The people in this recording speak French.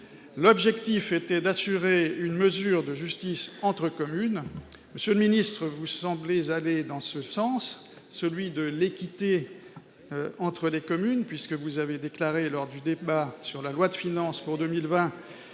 L'objectif était d'assurer une mesure de justice entre communes. M. le ministre semble aller dans ce sens de l'équité entre les communes, puisqu'il a déclaré lors du débat sur la loi de finances pour 2020